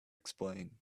explain